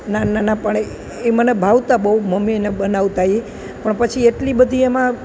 નાનાં નાનાં પણ એ મને ભાવતાં બહુ મમ્મી ને બનાવતાં એ પણ પછી એટલી બધી એમાં